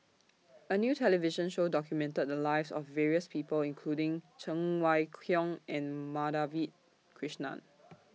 A New television Show documented The Lives of various People including Cheng Wai Keung and Madhavi Krishnan